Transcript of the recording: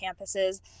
campuses